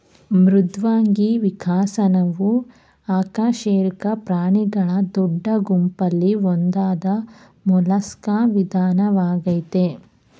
ಮೃದ್ವಂಗಿ ವಿಕಸನವು ಅಕಶೇರುಕ ಪ್ರಾಣಿಗಳ ದೊಡ್ಡ ಗುಂಪಲ್ಲಿ ಒಂದಾದ ಮೊಲಸ್ಕಾ ವಿಧಾನವಾಗಯ್ತೆ